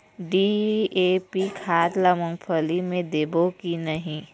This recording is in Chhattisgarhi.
डी.ए.पी खाद ला मुंगफली मे देबो की नहीं?